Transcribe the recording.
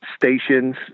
stations